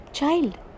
Child